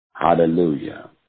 Hallelujah